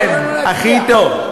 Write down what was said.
כן, הכי טוב.